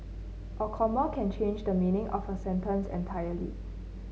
a comma can change the meaning of a sentence entirely